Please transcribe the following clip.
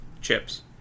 Chips